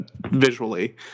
visually